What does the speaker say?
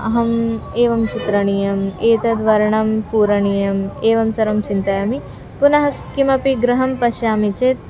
अहम् एवं चित्रणीयम् एतद् वर्णं पूरणीयम् एवं सर्वं चिन्तयामि पुनः किमपि गृहं पश्यामि चेत्